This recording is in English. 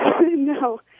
No